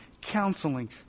counseling